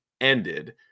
ended